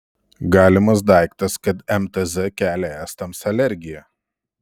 galimas daiktas kad mtz kelia estams alergiją